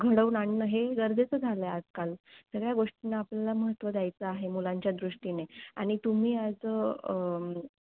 घडवून आणणं हे गरजेचं झालं आहे आजकाल सगळ्या गोष्टींना आपल्याला महत्त्व द्यायचं आहे मुलांच्या दृष्टीने आणि तुम्ही अज अ